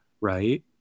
right